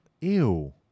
Ew